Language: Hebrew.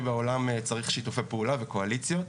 בעולם צריך שיתוף פעולה וקואליציה,